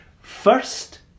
First